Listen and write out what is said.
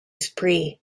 spree